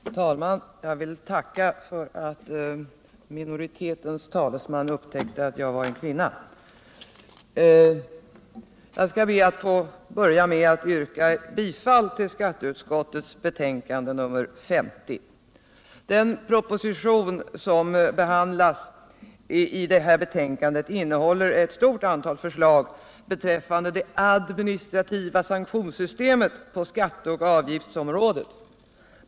Herr talman! Jag vill tacka för att minoritetens talesman upptäckte att jag var en kvinna. Jag skall be att få börja med att yrka bifall till hemställan i skatteutskottets betänkande nr 50. Den proposition som behandlas i betänkandet innehåller ett stort antal förslag beträffande det administrativa sanktionssystemet på skatte och avgiftsområdet.